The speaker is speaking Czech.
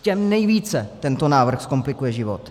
Těm nejvíce tento návrh zkomplikuje život.